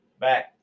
back